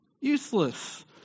useless